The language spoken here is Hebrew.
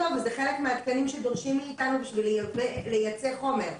וזה חלק מהתקנים שדורשים מאתנו בשביל לייצא חומר.